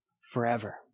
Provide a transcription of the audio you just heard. forever